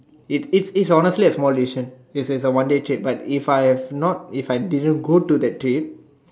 it it's it's honestly a small decision it is a one day trip but if I have not if I didn't go to that trip